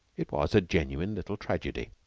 it was a genuine little tragedy.